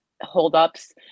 holdups